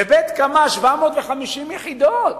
בבית-קמה, 750 יחידות.